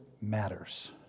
matters